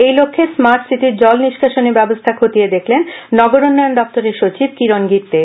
এই লক্ষ্যে স্মার্ট সিটির জল নিষ্কাশনী ব্যবস্হা খতিয়ে দেখলেন নগর উন্নয়ন দপ্তরের সচিব কিরণ গিত্তে